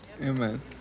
Amen